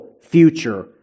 future